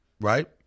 right